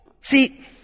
See